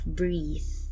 breathe